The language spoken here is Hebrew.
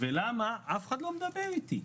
לא הבנתי למה אף אחד לא מדבר איתי.